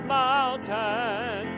mountain